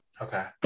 Okay